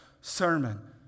sermon